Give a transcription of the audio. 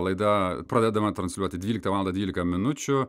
laida pradedama transliuoti dvyliktą valandą dvylika minučių